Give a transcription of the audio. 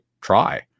try